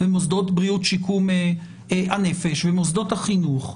מוסדות בריאות שיקום הנפש ומוסדות החינוך,